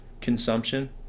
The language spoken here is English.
consumption